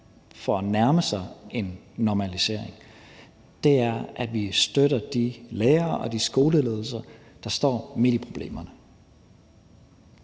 til at nærme sig en normalisering er, at vi støtter de lærere og de skoleledelser, der står midt i problemerne.